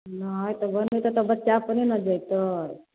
बिहार तऽ बनेतै तऽ बच्चा अपने ने जयतै